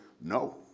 No